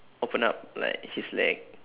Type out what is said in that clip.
open up like his leg